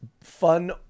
fun